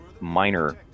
minor